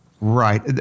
Right